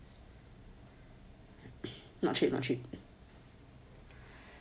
not cheap cheap